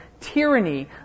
tyranny